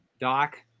Doc